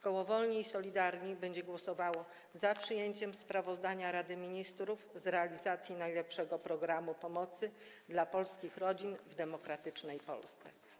Koło Wolni i Solidarni będzie głosowało za przyjęciem sprawozdania Rady Ministrów z realizacji najlepszego programu pomocy dla polskich rodzin w demokratycznej Polsce.